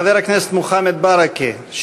חבר הכנסת מוחמד ברכה,